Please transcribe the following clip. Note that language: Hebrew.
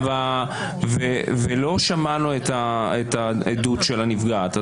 ולא שמענו את העדות של הנפגעת,